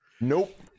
Nope